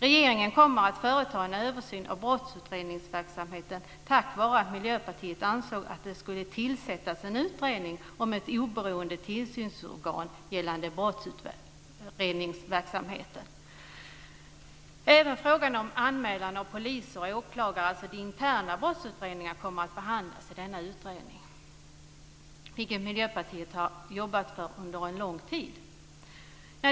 Regeringen kommer att företa en översyn av brottsutredningsverksamheten, vilket sker tack vare att Miljöpartiet ansett att det skulle tillsättas en utredning av frågan om ett oberoende tillsynsorgan för brottsutredningsverksamheten. Även frågan om anmälan av poliser och åklagare i samband med de interna brottsutredningarna kommer att behandlas i denna utredning, något som Miljöpartiet under lång tid har arbetat för.